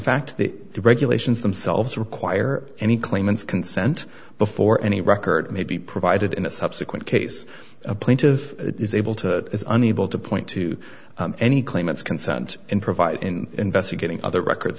fact the regulations themselves require any claimants consent before any record may be provided in a subsequent case a plaintive it is able to is unable to point to any claimants consent and provide in investigating other records